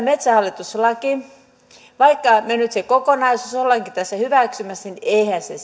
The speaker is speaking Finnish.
metsähallitus laki vaikka me nyt sen kokonaisuuden olemmekin tässä hyväksymässä niin eihän se